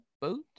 boat